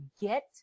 get